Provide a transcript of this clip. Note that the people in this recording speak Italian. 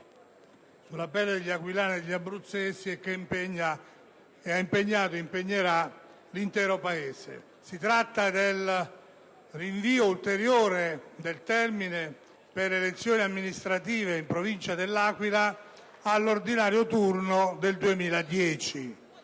sulla pelle degli aquilani e degli abruzzesi e che ha impegnato, impegna ed impegnerà l'intero Paese. Si tratta del rinvio ulteriore del termine per le elezioni amministrative in Provincia dell'Aquila all'ordinario turno del 2010.